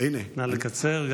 נא לקצר.